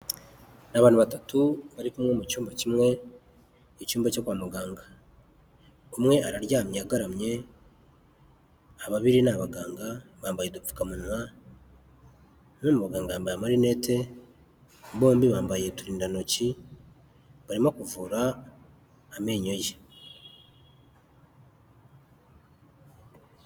Ni abantu batatu bari kumwe mu cyumba kimwe, icyumba cyo kwa muganga. Umwe araryamye agaramye, ababiri ni abaganga bambaye udupfukamunwa. Umwe mu baganga yambaye amalinete, bombi bambaye uturindantoki barimo kuvura amenyo ye.